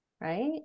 right